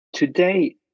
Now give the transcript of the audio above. Today